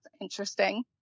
interesting